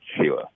Sheila